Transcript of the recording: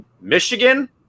Michigan